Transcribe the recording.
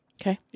Okay